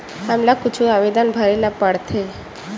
हमला कुछु आवेदन भरेला पढ़थे?